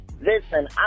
Listen